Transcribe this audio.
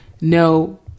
no